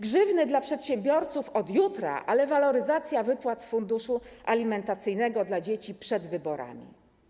Grzywny dla przedsiębiorców od jutra, ale waloryzacja wypłat z funduszu alimentacyjnego dla dzieci - przed wyborami.